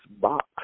box